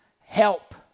help